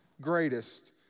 greatest